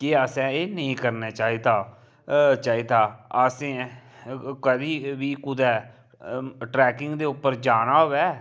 कि असें एह् नेईं करना चाहिदा चाहिदा असें कभी बी कुदै ट्रैकिंग दे उप्पर जाना होऐ